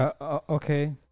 Okay